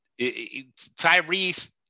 Tyrese